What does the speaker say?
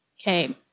Okay